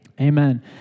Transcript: Amen